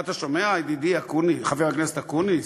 אתה שומע, ידידי חבר הכנסת אקוניס?